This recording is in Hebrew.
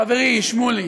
חברי שמולי,